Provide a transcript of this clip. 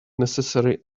necessary